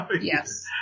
Yes